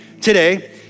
today